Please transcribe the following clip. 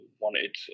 wanted